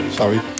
sorry